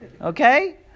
Okay